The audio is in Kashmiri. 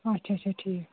اَچھا اَچھا ٹھیٖک